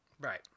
Right